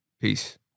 Peace